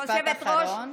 משפט אחרון.